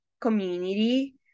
community